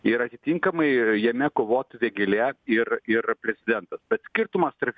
ir atitinkamai jame kovotų vėgėlė ir ir prezidentas bet skirtumas tarp